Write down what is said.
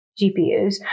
GPUs